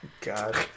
God